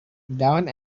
down